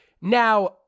Now